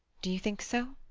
do you think so?